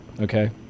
okay